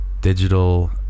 Digital